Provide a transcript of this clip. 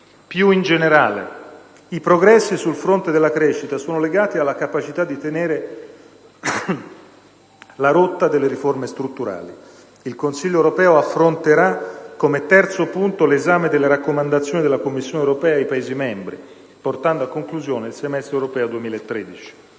Più in generale, i progressi sul fronte della crescita sono legati alla capacità di tenere la rotta delle riforme strutturali. Il Consiglio europeo affronterà come terzo punto l'esame delle raccomandazioni della Commissione europea ai Paesi membri, portando a conclusione il semestre europeo 2013.